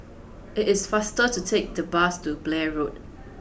it is faster to take the bus to Blair Road